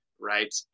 right